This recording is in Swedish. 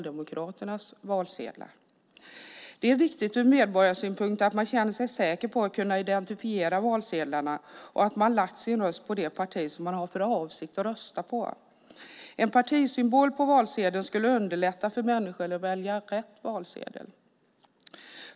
Det är viktigt ur medborgarsynpunkt att man känner sig säker på att man kan identifiera valsedlarna och på att man lagt sin röst på det parti som man hade för avsikt att rösta på. En partisymbol på valsedeln skulle underlätta för människor att välja rätt valsedel.